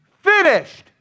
finished